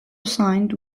signed